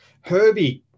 Herbie